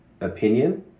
opinion